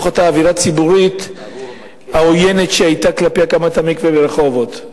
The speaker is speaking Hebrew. מאותה אווירה ציבורית עוינת שהיתה כלפי הקמת המקווה ברחובות.